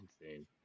insane